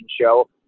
show